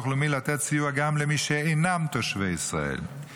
לאומי לתת סיוע גם למי שאינם תושבי ישראל.